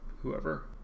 whoever